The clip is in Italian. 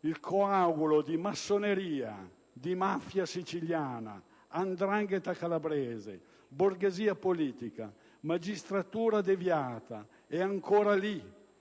Il coagulo di massoneria, mafia siciliana, 'ndrangheta calabrese, borghesia politica, magistratura deviata, è ancora lì.